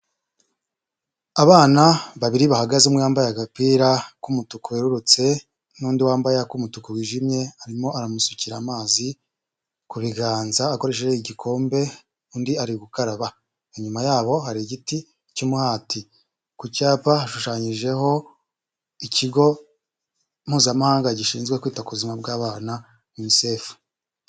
Abana babiri bahagaze umwe yambaye agapira k'umutuku wererutse n'undi wambaye ak'umutuku wijimye arimo aramusukira amazi ku biganza akoresheje igikombe undi ari gukaraba, inyuma yabo hari igiti cy'umuhati, ku cyapa hashushanyijeho ikigo mpuzamahanga gishinzwe kwita kuzima bw'abana yunisefu.